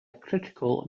critical